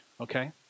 okay